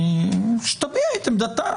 שתביע את עמדתה.